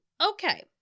Okay